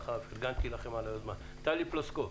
טלי פלוסקוב.